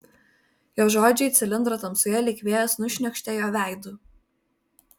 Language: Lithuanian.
jo žodžiai cilindro tamsoje lyg vėjas nušniokštė jo veidu